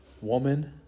Woman